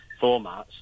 formats